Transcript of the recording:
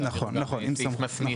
נכון, עם סמכות.